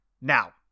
Now